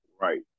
Right